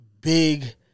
big